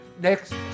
next